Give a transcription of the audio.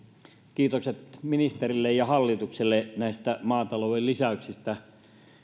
kiitokset ministerille ja hallitukselle näistä maatalouden lisäyksistä